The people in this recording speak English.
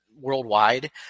worldwide